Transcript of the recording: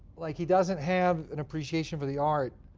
like he doesn't have an appreciation for the art,